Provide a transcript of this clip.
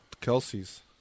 Kelsey's